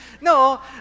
No